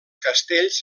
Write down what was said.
castells